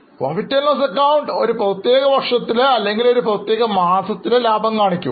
PL ac ഒരു പ്രത്യേക വർഷത്തിലെ അല്ലെങ്കിൽ ഒരു പ്രത്യേക മാസത്തിലെ ലാഭം കാണിക്കും